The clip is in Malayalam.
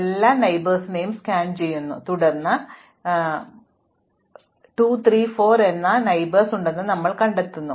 ഇപ്പോൾ ഇത് അയൽവാസികളാണെന്ന് ഞങ്ങൾ സ്കാൻ ചെയ്യുന്നു തുടർന്ന് ഈ 3 അയൽക്കാരായ 2 3 4 എന്നിവ അവിടെ ഉണ്ടെന്ന് ഞങ്ങൾ കണ്ടെത്തുന്നു